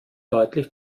deutlich